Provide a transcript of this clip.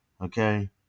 Okay